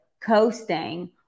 coasting